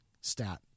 stat